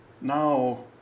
now